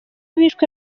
bishwe